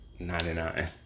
99